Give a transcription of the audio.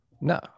No